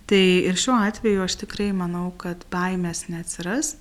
tai ir šiuo atveju aš tikrai manau kad baimės neatsiras